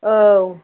औ